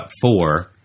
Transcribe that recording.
four